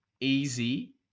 Easy